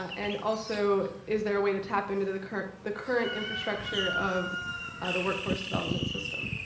and also is there a way to tap into the current the current infrastructure of ah the workforce development system?